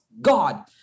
God